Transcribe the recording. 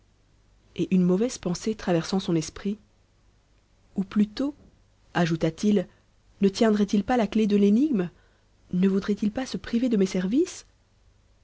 et une mauvaise pensée traversant son esprit ou plutôt ajouta-t-il ne tiendrait il pas la clef de l'énigme ne voudrait-il pas se priver de mes services